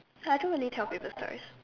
I don't really tell people stories